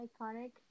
iconic